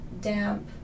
damp